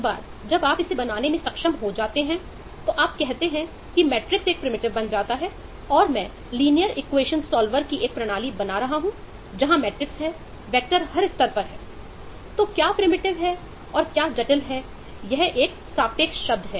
एक बार जब आप इसे बनाने में सक्षम हो जाते हैं तो आप कहते हैं कि मैट्रिक्स एक प्रिमिटिव है और क्या जटिल एक सापेक्ष शब्द है